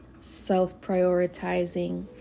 self-prioritizing